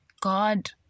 god